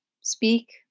speak